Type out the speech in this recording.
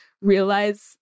realize